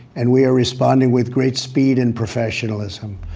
and we are responding with great speed and professionalism.